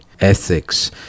ethics